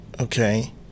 Okay